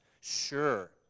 sure